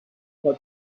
but